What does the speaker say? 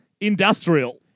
industrial